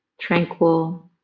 tranquil